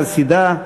חסידה,